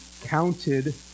counted